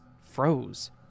froze